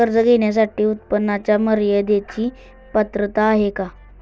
कर्ज घेण्यासाठी उत्पन्नाच्या मर्यदेची पात्रता आहे का?